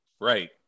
Right